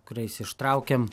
kuriais ištraukiam